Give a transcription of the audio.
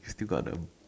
still got the